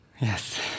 Yes